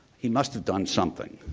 he must have done something.